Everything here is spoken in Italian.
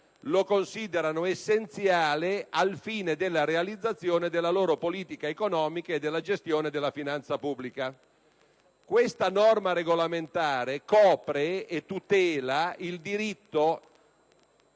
lo considerano essenziale al fine della realizzazione della loro politica economica e della gestione della finanza pubblica. Questa norma regolamentare copre e tutela il diritto